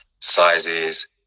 sizes